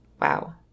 Wow